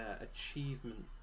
achievement